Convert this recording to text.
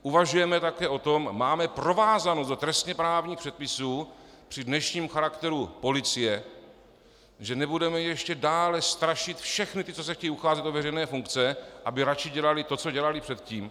Uvažujeme také o tom, máme provázanost trestněprávních předpisů při dnešním charakteru policie, že nebudeme ještě dále strašit všechny ty, co se chtějí ucházet o veřejné funkce, aby radši dělali to, co dělali předtím?